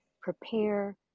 prepare